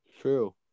True